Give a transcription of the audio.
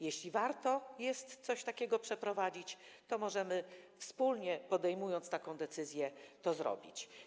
Jeśli warto coś takiego przeprowadzić, to możemy, wspólnie podejmując taką decyzję, to zrobić.